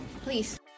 please